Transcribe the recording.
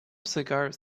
cigars